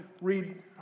read